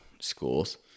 schools